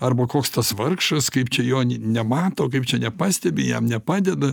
arba koks tas vargšas kaip čia jo nemato kaip čia nepastebi jam nepadeda